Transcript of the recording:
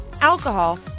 alcohol